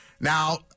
Now